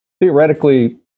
Theoretically